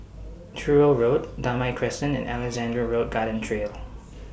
Truro Road Damai Crescent and Alexandra Road Garden Trail